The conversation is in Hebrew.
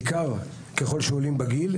בעיקר ככל שהגיל גדול יותר,